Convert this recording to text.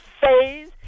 phase